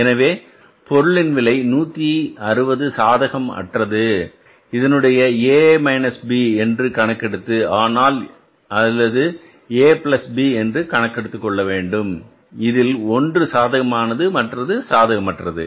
எனவே பொருளின் விலை 160 சாதகம் அற்றது இதனுடன் A B என்று கணக்கெடுத்து ஆனால் அல்லது A B என்று கொள்ள வேண்டும் இதில் ஒன்று சாதகமானது மற்றது சாதகமற்றது